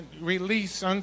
release